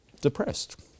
depressed